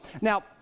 Now